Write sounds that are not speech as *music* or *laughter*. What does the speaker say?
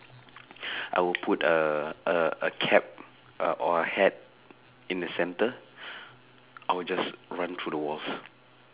*breath* I will put a a a cap uh or a hat in the centre *breath* I will just run through the walls